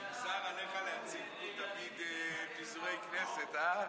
נגזר עליך להציג פה תמיד פיזורי כנסת, אה?